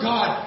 God